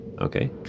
Okay